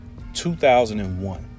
2001